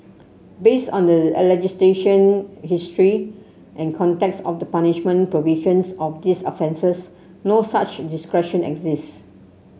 based on the legislation history and context of the punishment provisions of these offences no such discretion exists